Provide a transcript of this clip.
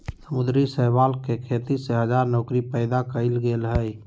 समुद्री शैवाल के खेती से हजार नौकरी पैदा कइल गेल हइ